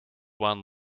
one